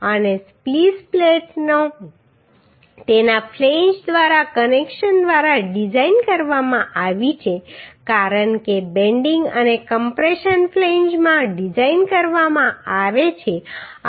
અને સ્પ્લીસ પ્લેટો તેના ફ્લેંજ દ્વારા કનેક્શન દ્વારા ડિઝાઇન કરવામાં આવી છે કારણ કે બેન્ડિંગ અને કમ્પ્રેશન ફ્લેંજમાં ડિઝાઇન કરવામાં આવ્યા છે